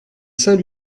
saint